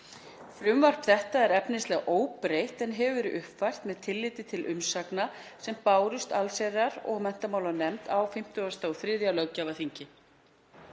Frumvarp þetta er efnislega óbreytt en hefur verið uppfært með tilliti til umsagna sem bárust allsherjar- og menntamálanefnd á 153. löggjafarþingi.